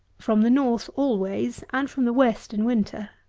from the north always, and from the west in winter.